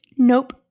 Nope